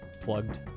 plugged